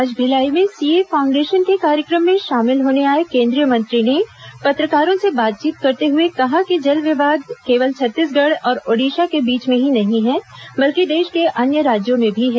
आज भिलाई में CA foundation के कार्यक्रम में शामिल होने आए केंद्रीय मंत्री ने पत्रकारों से बातचीत करते हुए कहा कि जल विवाद केवल छत्तीसगढ़ और ओडिशा के बीच में ही नहीं है बल्कि देश के अन्य राज्यों में भी है